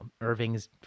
Irving's